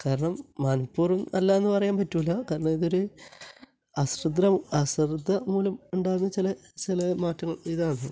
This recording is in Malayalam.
കാരണം മനപ്പൂർവ്വം അല്ല എന്ന് പറയാൻ പറ്റില്ല കാരണം ഇതൊരു അശ്രദ്ധ അശ്രദ്ധ മൂലം ഉണ്ടാകുന്ന ചില ചി ല മാറ്റങ്ങൾ ഇതാണ്